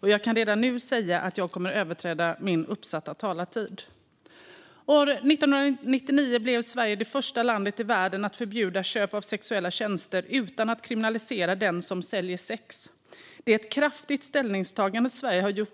Och jag kan redan nu säga att jag kommer att överträda min uppsatta talartid. År 1999 blev Sverige det första landet i världen att förbjuda köp av sexuella tjänster utan att kriminalisera den som säljer sex. Det är ett kraftigt ställningstagande från Sveriges